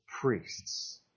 priests